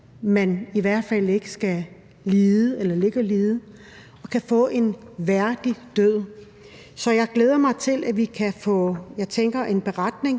man i hvert fald ikke skal ligge og lide, men kan få en værdig død. Så jeg glæder mig til, at vi kan lave – tænker